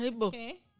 Okay